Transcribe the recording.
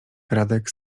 radek